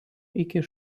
iki